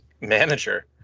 manager